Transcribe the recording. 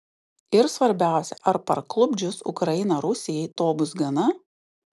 ir svarbiausia ar parklupdžius ukrainą rusijai to bus gana